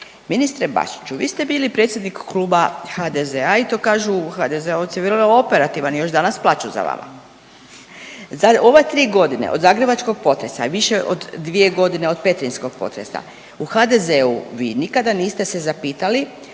Ministre Bačiću, vi ste bili predsjednik Kluba HDZ-a i to kažu HDZ-ovci vrlo operativan, još danas plaču za vama. U ove 3.g. od zagrebačkog potresa i više od 2.g. od petrinjskog potresa u HDZ-u vi nikada niste se zapitali